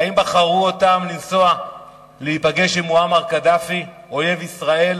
האם בחרו אותם לנסוע להיפגש עם מועמר קדאפי אויב ישראל,